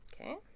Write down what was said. Okay